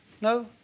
no